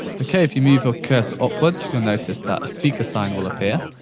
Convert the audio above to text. okay, if you move your cursor upwards, you'll notice that a speaker sign will appear,